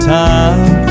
time